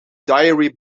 diary